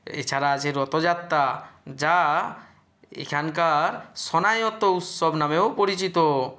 এছাড়া আছে রথযাত্রা যা এখানকার সনায়ত উৎসব নামেও পরিচিত